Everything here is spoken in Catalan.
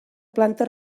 planta